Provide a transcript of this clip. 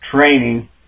training